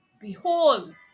behold